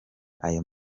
ayo